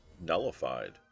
nullified